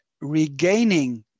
regaining